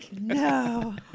No